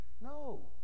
No